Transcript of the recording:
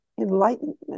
enlightenment